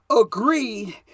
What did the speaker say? agreed